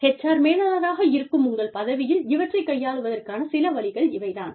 HR மேலாளராக இருக்கும் உங்கள் பதவியில் இவற்றைக் கையாளுவதற்கான சில வழிகள் இவை தான்